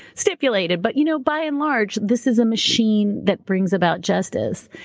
stipulated. but you know by and large, this is a machine that brings about justice.